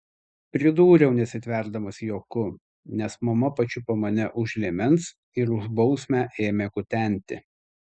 pridūriau nesitverdamas juoku nes mama pačiupo mane už liemens ir už bausmę ėmė kutenti